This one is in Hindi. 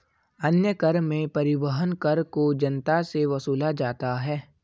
अन्य कर में परिवहन कर को जनता से वसूला जाता है